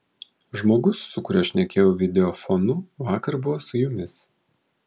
žmogus su kuriuo šnekėjau videofonu vakar buvo su jumis